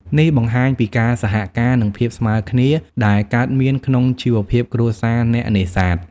នេះបង្ហាញពីការសហការ និងភាពស្មើគ្នាដែលកើតមានក្នុងជីវភាពគ្រួសារអ្នកនេសាទ។